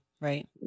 right